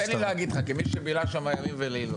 סליחה, תן לי להגיד לך, כמי שבילה שם ימים ולילות.